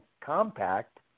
compact